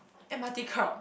M_R_T crowd